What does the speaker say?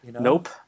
Nope